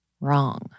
wrong